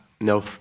no